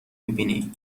میبینی